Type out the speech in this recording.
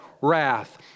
wrath